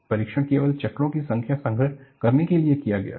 परीक्षण केवल चक्रों की संख्या संग्रह करने के लिए किया गया था